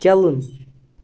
چلُن